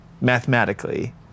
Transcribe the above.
mathematically